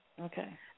Okay